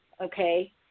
Okay